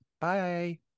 Bye